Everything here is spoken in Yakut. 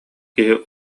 киһи